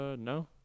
No